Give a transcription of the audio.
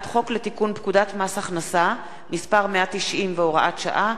חוק לתיקון פקודת מס הכנסה (מס' 190 והוראת שעה),